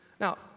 Now